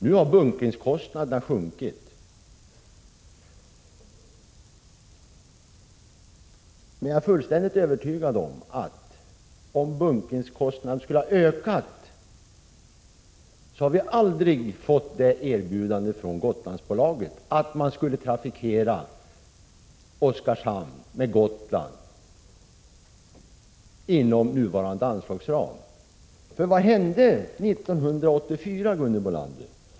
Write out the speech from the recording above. Nu har bunkerkostnaderna sjunkit, men om de i stället skulle ha ökat, då hade vi aldrig — det är jag övertygad om — fått detta erbjudande från Gotlandsbolaget. För vad hände 1984, Gunhild Bolander?